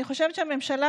אני חושבת שהממשלה,